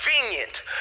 convenient